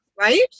right